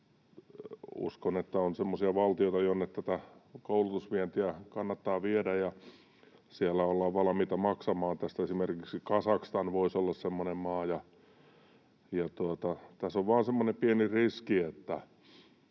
uskon, että on semmoisia valtioita, joihin koulutusta kannattaa viedä ja joissa ollaan valmiita maksamaan tästä, esimerkiksi Kazakstan voisi olla semmoinen maa — tässä on vain semmoinen pieni riski,